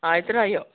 आयतरा यो